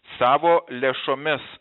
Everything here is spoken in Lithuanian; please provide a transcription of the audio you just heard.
savo lėšomis